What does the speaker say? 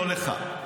לא לך.